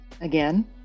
again